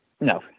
No